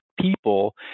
people